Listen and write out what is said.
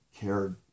cared